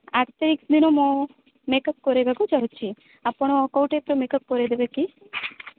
ଆଠ ତାରିଖ ଦିନ ମୁଁ ମେକ୍ଅପ୍ କରେଇବାକୁ ଚହୁଁଛି ଆପଣ କୋଉ ଟାଇପ୍ର ମେକ୍ଅପ୍ କରେଇ ଦେବେ କି